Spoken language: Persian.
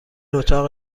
اتاق